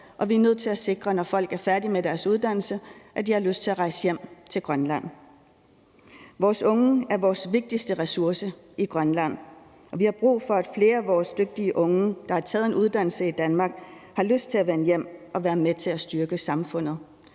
Og vi er nødt til at sikre, at folk har lyst til at rejse hjem til Grønland, når de er færdige med deres uddannelse. Vores unge er vores vigtigste ressource i Grønland, og vi har brug for, at flere af vores dygtige unge, der har taget en uddannelse i Danmark, har lyst til at vende hjem og være med til at styrke samfundet.